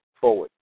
Forward